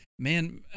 Man